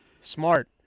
Smart